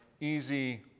easy